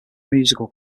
musical